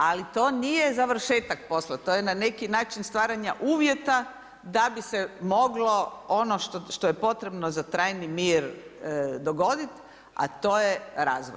Ali to nije završetak posla, to je na neki način stvaranje uvjeta, da bi se moglo ono što je potrebno za trajni mir dogoditi, a to je razvoj.